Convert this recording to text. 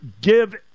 give